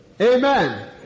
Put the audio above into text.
amen